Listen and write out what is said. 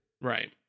right